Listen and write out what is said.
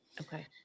Okay